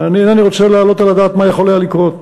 אינני רוצה להעלות על הדעת מה יכול היה לקרות.